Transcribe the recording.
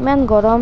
ইমান গৰম